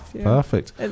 Perfect